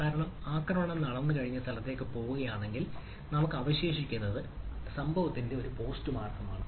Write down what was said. കാരണം ആക്രമണം നടന്നുകഴിഞ്ഞാൽ സ്ഥലത്തേക്ക് പോകുകയാണെങ്കിൽ നമുക്ക് അവശേഷിക്കുന്നത് സംഭവിച്ചതിന്റെ പോസ്റ്റ്മോർട്ടമാണ്